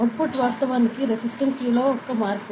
output వాస్తవానికి resistance మార్పు